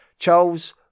Charles